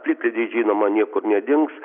plikledis žinoma niekur nedings